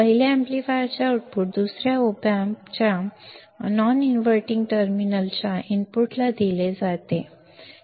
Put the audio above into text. पहिल्या एम्पलीफायरचे आउटपुट दुसऱ्या ओम्पॅप उजव्याच्या नॉन इनव्हर्टिंग टर्मिनलच्या इनपुटला दिले जाते